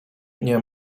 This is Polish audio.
nie